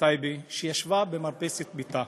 מטייבה שישבה במרפסת ביתה.